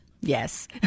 Yes